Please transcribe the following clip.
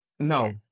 No